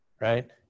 right